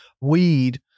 weed